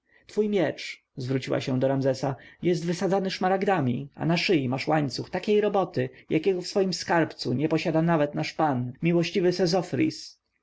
twój miecz zwróciła się do ramzesa jest wysadzany szmaragdami a na szyi masz łańcuch takiej roboty jakiego w swoim skarbcu nie posiada nawet nasz pan miłościwy